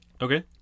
Okay